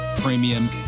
premium